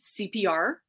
CPR